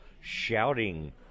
shouting